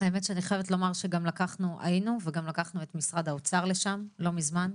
האמת שאני חייבת לומר שהיינו וגם לקחנו את משרד האוצר לשם לא מזמן.